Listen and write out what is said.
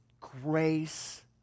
grace